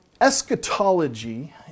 eschatology